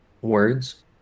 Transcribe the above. Words